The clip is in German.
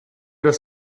das